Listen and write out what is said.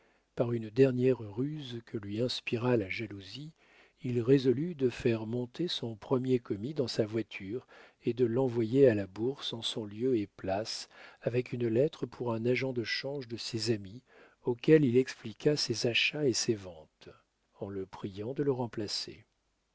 par une dernière ruse que lui inspira la jalousie il résolut de faire monter son premier commis dans sa voiture et de l'envoyer à la bourse en son lieu et place avec une lettre pour un agent de change de ses amis auquel il expliqua ses achats et ses ventes en le priant de le remplacer